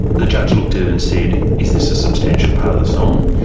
the judge looked it and said, is this a substantial part of the song?